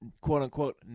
quote-unquote